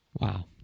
Wow